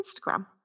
Instagram